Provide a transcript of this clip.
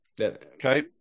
Okay